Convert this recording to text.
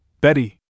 Betty